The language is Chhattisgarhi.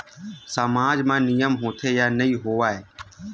सामाज मा नियम होथे या नहीं हो वाए?